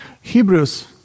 Hebrews